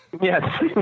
Yes